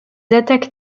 attaques